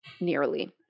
nearly